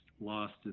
lost